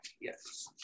Yes